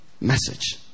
message